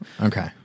Okay